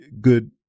good